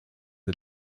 are